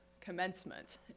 commencement